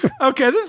Okay